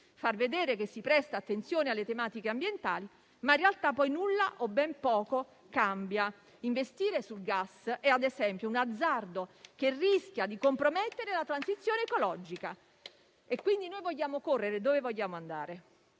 far vedere che si presta attenzione alle tematiche ambientali, ma in realtà poi nulla o ben poco cambia. Investire sul gas è - ad esempio - un azzardo che rischia di compromettere la transizione ecologica. E quindi noi vogliamo correre: ma dove vogliamo andare?